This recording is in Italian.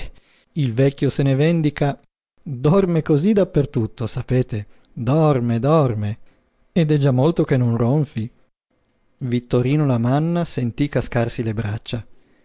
il vecchio se ne vendica dorme cosí dappertutto sapete dorme dorme ed è già molto che non ronfi vittorino lamanna sentí cascarsi le braccia